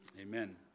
Amen